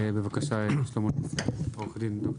בבקשה שלמה, עו"ד, דוקטור.